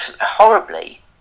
horribly